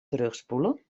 terugspoelen